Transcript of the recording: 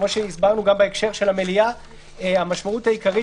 כפי שהסברנו בהקשר המליאה המשמעות העיקרית